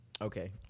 Okay